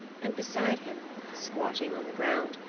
and beside him, squatting on the ground,